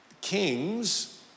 kings